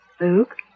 Luke